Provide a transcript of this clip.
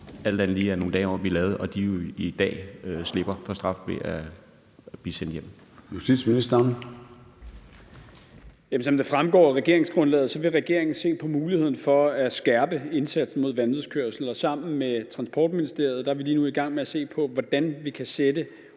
alt andet lige er nogle dage om at blive lavet, og som i dag slipper for straf ved at blive sendt hjem?